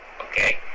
okay